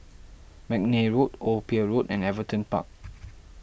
McNair Road Old Pier Road and Everton Park